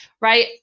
right